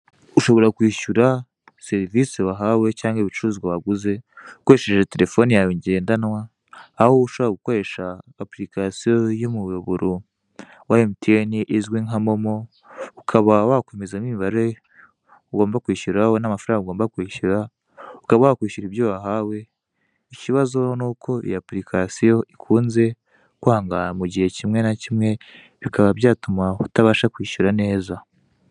Ushobora kwishyura serivisi wahawe cyangwa ibicuruzwa waguze ukoresheje telefoni yawe ngendanwa, aho ushobora gukoresha apurikasiyo y'umuyoboro wa emutiyeni, izwi nka MoMo, ukaba wakwemezamo imibare ugomba kwishyuraho ndetse n'amafaranga ugomba kwishyura, ukaba wakwishyura ibyo wahawe. Ikibazo ni uko iyi apurikasiyo ikunze kwanga mu gihe kimwe na kimwe, bikaba byatuma utabasha kwishyura neza.